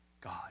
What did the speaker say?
God